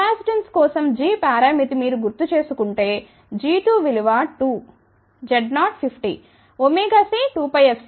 capacitance కోసం g పరామితి మీరు గుర్తుచెసుకుంటే g2 విలువ 2 Z0 50 c 2πfcఉంది